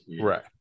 Right